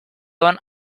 doa